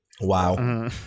Wow